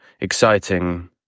exciting